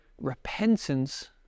repentance